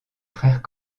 frères